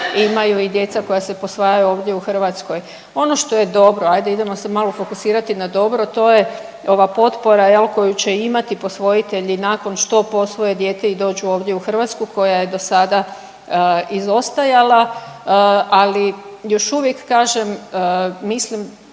imaju i djeca koja se posvajaju ovdje u Hrvatskoj. Ono što je dobro, ajde idemo se malo fokusirati na dobro, to je ova potpora jel koju će imati posvojitelji nakon što posvoje dijete i dođu ovdje u Hrvatsku koja je dosada izostajala, ali još uvijek kažem mislim